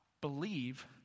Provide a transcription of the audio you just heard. Believe